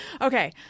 Okay